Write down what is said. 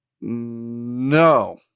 No